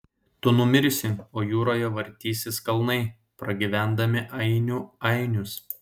tu numirsi o jūroje vartysis kalnai pragyvendami ainių ainius